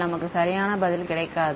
நமக்கு சரியான பதில் கிடைக்காது